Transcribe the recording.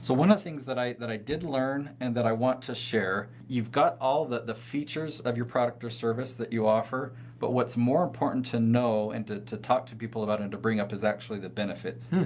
so one of the things that i that i did learn and that i want to share, you've got all that the features of your product or service that you offer but what's more important to know and to to talk to people about and to bring up is actually the benefits.